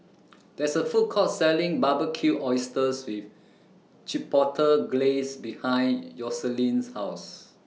There IS A Food Court Selling Barbecued Oysters with Chipotle Glaze behind Yoselin's House